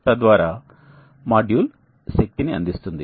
తద్వారా మాడ్యూల్ శక్తిని అందిస్తుంది